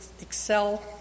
excel